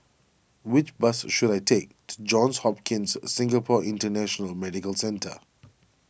which bus should I take to Johns Hopkins Singapore International Medical Centre